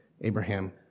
Abraham